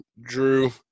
Drew